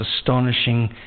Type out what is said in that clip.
astonishing